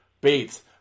Bates